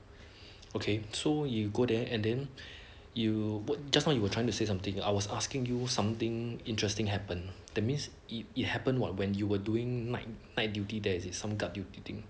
okay so you go there and then you would just now you were trying to say something I was asking you something interesting happen that means if it happened what when you were doing night night duty there is some is it some guard duty thing